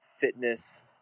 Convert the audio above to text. fitness